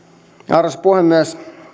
arvoisa puhemies